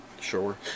Sure